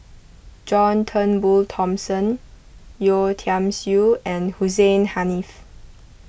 John Turnbull Thomson Yeo Tiam Siew and Hussein Haniff